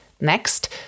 Next